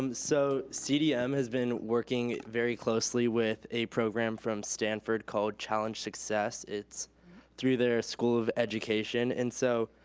um so, cdm has been working very closely with a program from stanford called challenge success. it's through their school of education. and so,